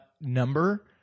number